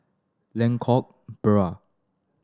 Lengkok Bahru